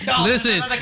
Listen